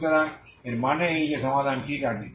সুতরাং এর মানে এই যে সমাধান ঠিক আছে